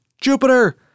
Jupiter